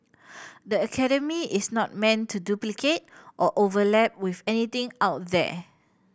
the academy is not meant to duplicate or overlap with anything out there